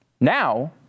Now